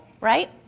right